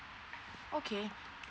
okay